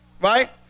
Right